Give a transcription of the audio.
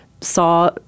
saw